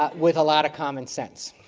ah with a lot of common sense.